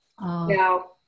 Now